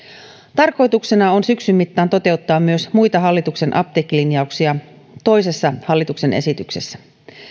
tarkoituksena on syksyn mittaan toteuttaa myös muita hallituksen apteekkilinjauksia toisessa hallituksen esityksessä